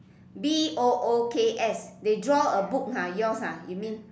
B O O K S they draw a book ah yours ah you mean